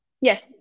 yes